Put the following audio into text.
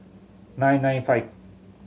nine nine five